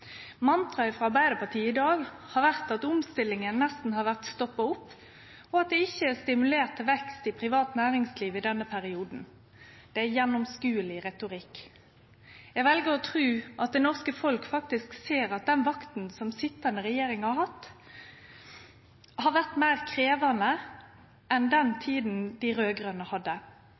Mantraet frå Arbeidarpartiet i dag har vore at omstillinga nesten har stoppa opp, og at det ikkje er blitt stimulert til vekst i privat næringsliv i denne perioden. Det er gjennomskodleg retorikk! Eg vel å tru at det norske folk ser at den vakta som den sitjande regjeringa har hatt, har vore meir krevjande enn den tida dei raud-grøne hadde.